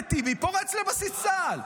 שאחמד טיבי פורץ לבסיס צה"ל.